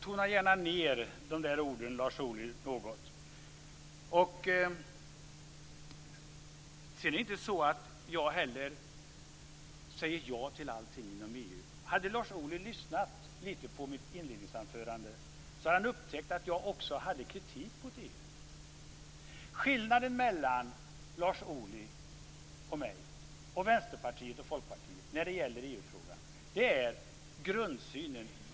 Tona gärna ned de där orden något, Lars Ohly! Sedan är det inte så att jag säger ja till allting inom EU. Hade Lars Ohly lyssnat lite på mitt inledningsanförande hade han upptäckt att jag också hade kritik mot EU. Skillnaden mellan Lars Ohly och mig, och mellan Vänsterpartiet och Folkpartiet, när det gäller EU-frågan är grundsynen.